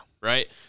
Right